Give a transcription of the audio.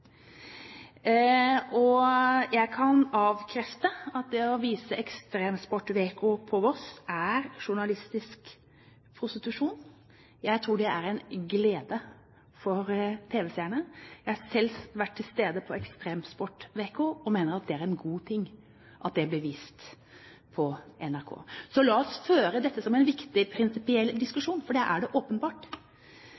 feil. Jeg kan avkrefte at det å vise Ekstremsportveko på Voss er journalistisk prostitusjon. Jeg tror det er en glede for tv-seerne. Jeg har selv vært til stede på Ekstremsportveko, og mener at det er en god ting at det blir vist på NRK. Så la oss føre dette som en viktig prinsipiell